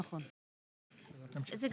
זו מהות.